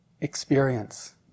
experience